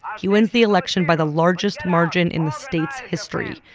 he wins the election by the largest margin in the state's history,